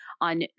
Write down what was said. on